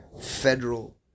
federal